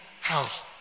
house